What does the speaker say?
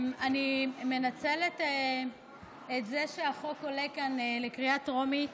אני מנצלת את זה שהחוק עולה כאן לקריאה טרומית